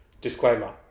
Disclaimer